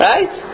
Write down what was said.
Right